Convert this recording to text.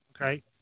Okay